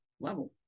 level